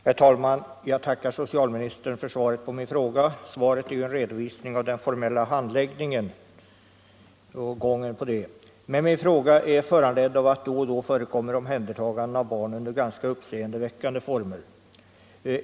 Herr talman! Jag tackar socialministern för svaret på min enkla fråga. Svaret är en redovisning av principerna för den formella handläggningen. Min fråga är emellertid föranledd av att det då och då förekommer om händertagande av barn under ganska uppseendeväckande former.